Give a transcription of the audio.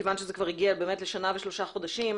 כיוון שזה כבר הגיע לשנה ושלושה חודשים,